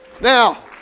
Now